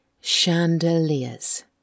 chandeliers